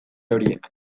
horiek